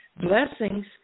blessings